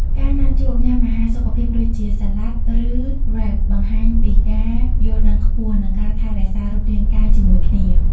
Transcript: ការណាត់ជួបញ៉ាំអាហារសុខភាព ដូចជា Salad ឬ Wrap បង្ហាញពីការយល់ដឹងខ្ពស់ និងការថែរក្សារូបរាងកាយជាមួយគ្នា។